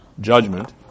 judgment